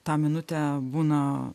tą minutę būna